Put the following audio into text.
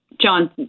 John